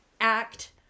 act